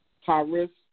high-risk